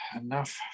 enough